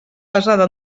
pesada